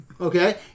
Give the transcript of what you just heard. okay